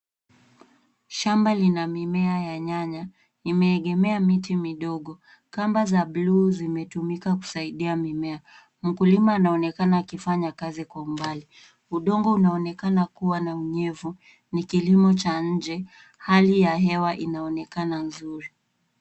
Shamba lina mimea ya nyanya. Imeegemea miti midogo. Kamba za bluu zimetumika kusaidia mimea. Mkulima anaonekana akifanya kazi kwa umbali. Udongo unaonekana kuwa na unyevu. Ni kilimo cha nje. Hali ya hewa inaonekana nzuri.